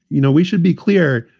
you know, we should be clear,